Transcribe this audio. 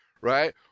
Right